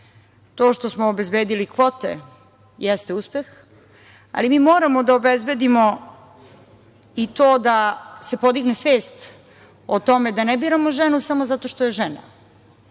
To što smo obezbedili kvote jeste uspeh, ali mi moramo da obezbedimo i to da se podigne svest o tome da ne biramo ženu samo zato što je žena,